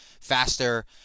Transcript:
faster